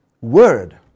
word